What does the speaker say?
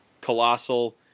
colossal